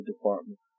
department